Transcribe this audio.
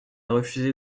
refusé